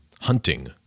hunting